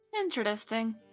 interesting